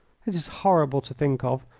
it is horrible to think of.